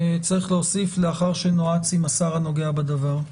יש להוסיף: לאחר שנועץ עם השר הנוגע בדבר.